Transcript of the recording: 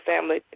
family